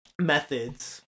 methods